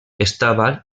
estava